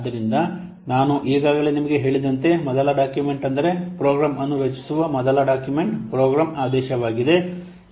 ಆದ್ದರಿಂದ ನಾನು ಈಗಾಗಲೇ ನಿಮಗೆ ಹೇಳಿದಂತೆ ಮೊದಲ ಡಾಕ್ಯುಮೆಂಟ್ ಅಂದರೆ ಪ್ರೋಗ್ರಾಂ ಅನ್ನು ರಚಿಸುವ ಮೊದಲ ಡಾಕ್ಯುಮೆಂಟ್ ಪ್ರೋಗ್ರಾಂ ಆದೇಶವಾಗಿದೆ